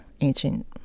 ancient